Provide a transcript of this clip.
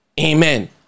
Amen